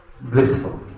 blissful